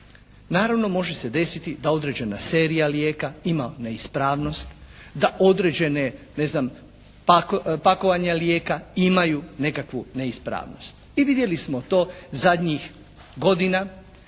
naravno može se desiti da određena serija lijeka ima neispravnost, da određena ne znam pakovanja lijeka imaju nekakvu neispravnost. I vidjeli smo to zadnjih godina,